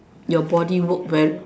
your body work very